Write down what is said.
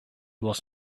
was